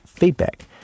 feedback